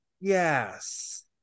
Yes